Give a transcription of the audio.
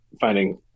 finding